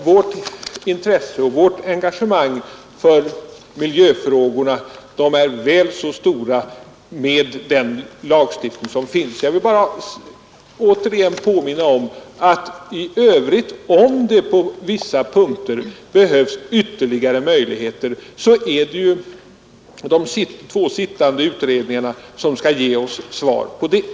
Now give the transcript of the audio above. Vårt intresse och vårt engagemang för miljöfrågorna tillgodoses väl så bra med den lagstiftning som finns, och jag vill återigen påminna om att om det på vissa punkter behövs ytterligare möjligheter, så är det ju de två sittande utredningarna som skall ge oss besked därom.